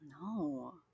No